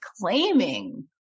claiming